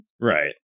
right